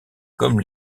comme